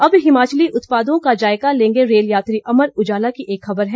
अब हिमाचली उत्पादों का जायका लेंगे रेल यात्री अमर उजाला की एक खबर है